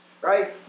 right